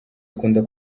akunda